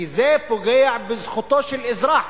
כי זה פוגע בזכותו של אזרח